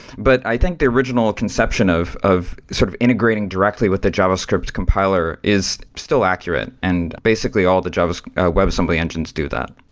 but i think the original conception of of sort of integrating directly with the javascript compiler is still accurate, and basically all the webassembly engines do that.